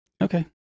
Okay